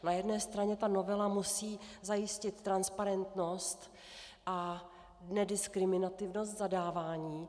Na jedné straně novela musí zajistit transparentnost a nediskriminativnost zadávání.